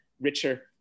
richer